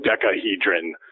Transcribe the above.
dodecahedron